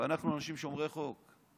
ואנחנו אנשים שומרי חוק.